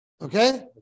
Okay